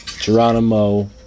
Geronimo